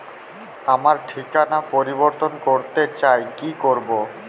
আমার ঠিকানা পরিবর্তন করতে চাই কী করব?